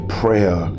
prayer